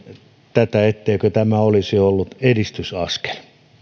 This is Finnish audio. tätä etteikö tämä olisi ollut edistysaskel